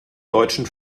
deutschen